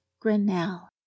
Grinnell